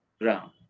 ground